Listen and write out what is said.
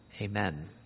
Amen